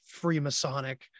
Freemasonic